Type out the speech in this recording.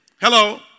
Hello